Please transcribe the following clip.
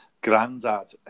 Grandad